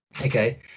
okay